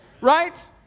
Right